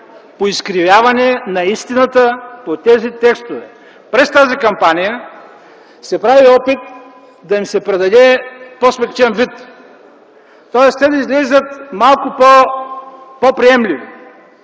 по изкривяване на истината по тези текстове. През тази кампания се прави опит да им се придаде по-смекчен вид, тоест те да изглеждат малко по-приемливи,